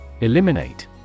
Eliminate